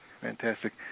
fantastic